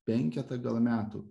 penketą gal metų